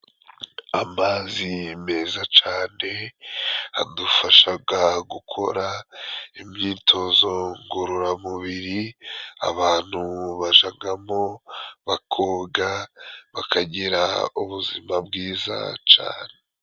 Amazi meza cane, adufashaga gukora imyitozo ngororamubiri. Abantu bajagamo bakoga bakagira ubuzima bwiza cane.